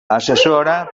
assessora